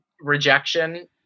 rejection